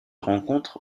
rencontre